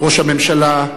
ראש הממשלה,